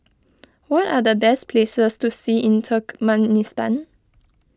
what are the best places to see in Turkmenistan